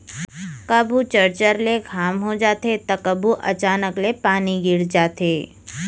कभू चरचर ले घाम हो जाथे त कभू अचानक ले पानी गिर जाथे